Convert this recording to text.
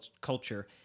culture